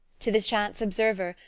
to the chance observer,